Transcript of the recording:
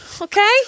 Okay